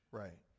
right